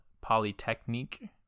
Polytechnique